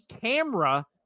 camera